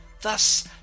Thus